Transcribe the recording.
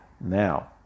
Now